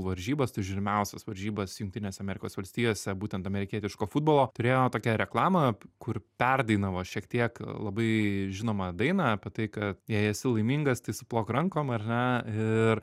varžybas tai žiūrimiausias varžybas jungtinėse amerikos valstijose būtent amerikietiško futbolo turėjo tokią reklamą kur perdainavo šiek tiek labai žinomą dainą apie tai kad jei esi laimingas tai suplok rankom ar ne ir